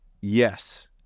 yes